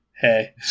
Hey